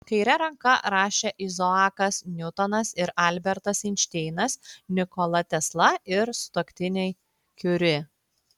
kaire ranka rašė izaokas niutonas ir albertas einšteinas nikola tesla ir sutuoktiniai kiuri